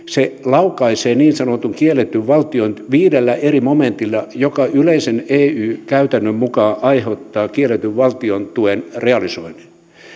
laukaisee niin sanotun kielletyn valtiontuen viidellä eri momentilla mikä yleisen ey käytännön mukaan aiheuttaa kielletyn valtiontuen realisoinnin